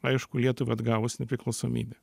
aišku lietuvai atgavus nepriklausomybę